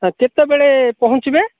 ହଁ କେତେବେଳେ ପହଞ୍ଚିବେ